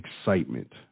excitement